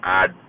add